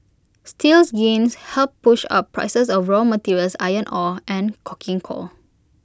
steel's gains helped push up prices of raw materials iron ore and coking coal